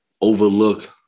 overlook